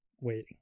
waiting